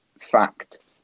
fact